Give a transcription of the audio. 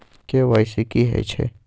KYC की हय छै?